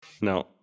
no